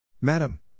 Madam